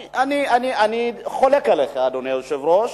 אני חולק עליך, אדוני היושב-ראש.